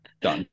Done